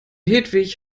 hedwig